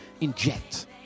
inject